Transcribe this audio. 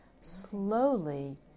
slowly